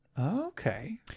Okay